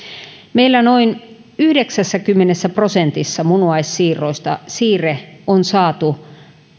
meillä noin yhdeksässäkymmenessä prosentissa munuaissiirroista siirre on saatu